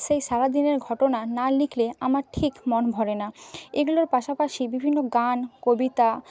সেই সারাদিনের ঘটনা না লিখলে আমার ঠিক মন ভরে না এগুলোর পাশাপাশি বিভিন্ন গান কবিতা